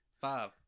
Five